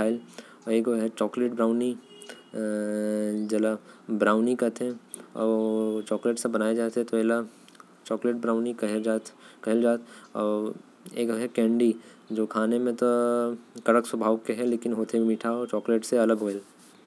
हवे जो चॉक्लेट से हटके होथे।